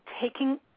taking